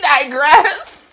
digress